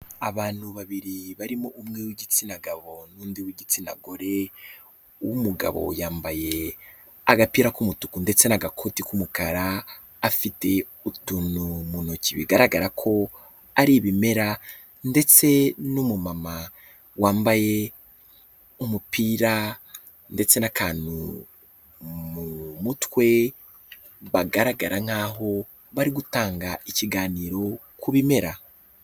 Abantu babiri barimo umwe w'igitsina gabo n'undi w'igitsina gore, uw'umugabo yambaye agapira k'umutuku ndetse n'agakoti k'umukara, afite utuntu mu ntoki bigaragara ko ari ibimera ndetse n'umumama wambaye umupira ndetse n'akantu mu mutwe, bagaragara nk'aho bari gutanga ikiganiro ku bimera.